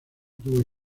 tuvo